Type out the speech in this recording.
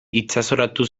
itsasoratu